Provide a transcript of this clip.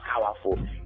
powerful